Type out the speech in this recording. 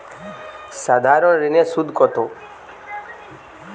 সাধারণ ঋণের সুদ কত?